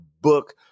book